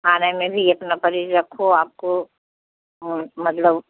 खाने में भी इतना परहेज रखो आपको मतलब